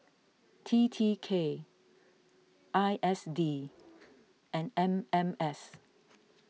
T T K I S D and M M S